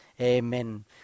Amen